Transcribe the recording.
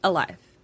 Alive